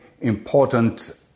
important